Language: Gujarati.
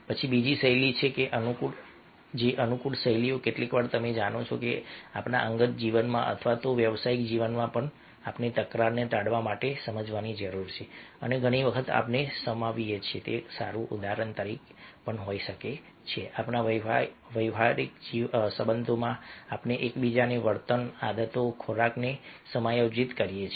પછી બીજી શૈલી છે અનુકૂળ શૈલીઓ કેટલીકવાર તમે જાણો છો કે આપણા અંગત જીવનમાં અથવા તો વ્યવસાયિક જીવનમાં પણ આપણે તકરારને ટાળવા માટે સમાવવાની જરૂર છે અને ઘણી વખત આપણે સમાવીએ છીએ સારું ઉદાહરણ એ હોઈ શકે કે આપણા વૈવાહિક સંબંધોમાં આપણે એકબીજાના વર્તન આદતો ખોરાકને સમાયોજિત કરીએ છીએ